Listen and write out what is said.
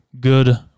good